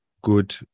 good